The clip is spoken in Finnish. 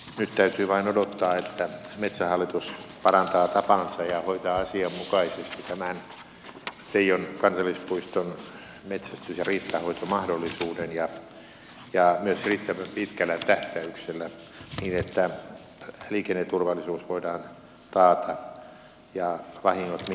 nyt täytyy vain odottaa että metsähallitus parantaa tapansa ja hoitaa asianmukaisesti tämän teijon kansallispuiston metsästys ja riistanhoitomahdollisuuden ja myös riittävän pitkällä tähtäyksellä niin että liikenneturvallisuus voidaan taata ja vahingot minimoida